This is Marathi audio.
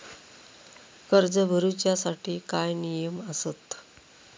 कर्ज भरूच्या साठी काय नियम आसत?